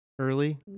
early